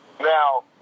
Now